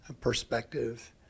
perspective